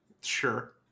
sure